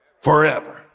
forever